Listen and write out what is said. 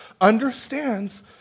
understands